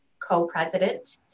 co-president